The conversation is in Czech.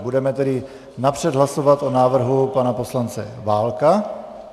Budeme tedy napřed hlasovat o návrhu pana poslance Válka.